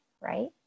right